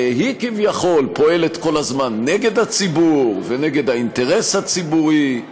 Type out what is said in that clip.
היא כביכול פועלת כל הזמן נגד הציבור ונגד האינטרס הציבורי.